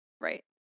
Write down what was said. Right